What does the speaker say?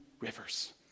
rivers